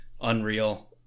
Unreal